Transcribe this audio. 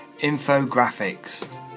Infographics